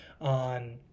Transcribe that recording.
on